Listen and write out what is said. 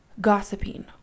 gossiping